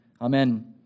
Amen